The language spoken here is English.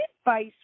advice